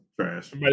trash